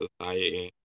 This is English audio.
society